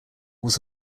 was